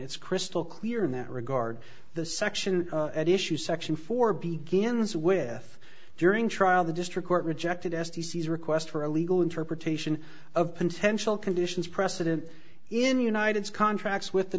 it's crystal clear in that regard the section at issue section four begins with during trial the district court rejected s t c request for a legal interpretation of potential conditions precedent in united's contracts with the